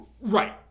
Right